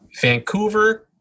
Vancouver